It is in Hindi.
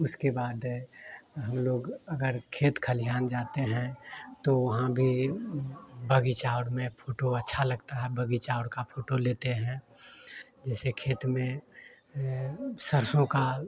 उसके बाद ए हम लोग अगर खेत खलिहान जाते हैं तो वहां भी बगीचा और में फोटो अच्छा लगता है बगीचा और का फोटो लेते हैं जैसे खेत में सरसों का